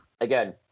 Again